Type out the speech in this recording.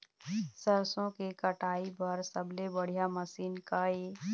सरसों के कटाई बर सबले बढ़िया मशीन का ये?